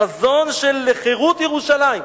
החזון של חירות ירושלים,